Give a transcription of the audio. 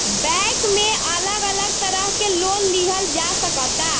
bank में अलग अलग तरह के लोन लिहल जा सकता